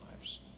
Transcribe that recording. lives